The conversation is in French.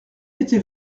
était